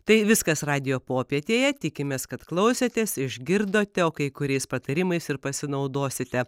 tai viskas radijo popietėje tikimės kad klausėtės išgirdote o kai kuriais patarimais ir pasinaudosite